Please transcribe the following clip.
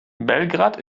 belgrad